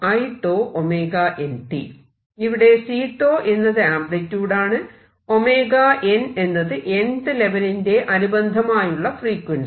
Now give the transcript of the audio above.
𝜔n എന്നത് nth ലെവെലിന് അനുബന്ധമായുള്ള ഫ്രീക്വൻസി